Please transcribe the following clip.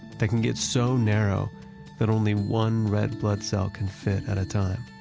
they can get so narrow that only one red blood cell can fit at a time.